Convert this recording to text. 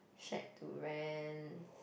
shack to rent